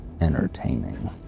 entertaining